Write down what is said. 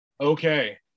okay